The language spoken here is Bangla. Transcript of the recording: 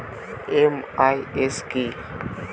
এম.আই.এস কি?